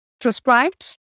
prescribed